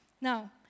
Now